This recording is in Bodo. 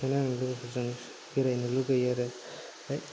बिदिनो आं लोगोफोरजों बेरायनो लुगैयो आरो